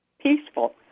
peaceful